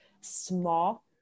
small